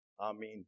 amen